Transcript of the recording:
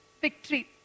victory